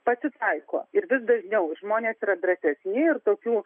pasitaiko ir vis dažniau žmonės yra drąsesni ir tokių